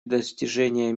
достижения